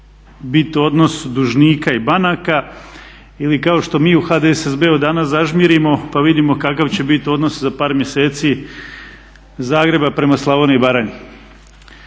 bit odnos dužnika i banaka, ili kao što mi u HDSSB-u danas zažmirimo pa vidimo kakav će biti odnos za par mjeseci Zagreba prema Slavoniji i Baranji.